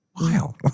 Wow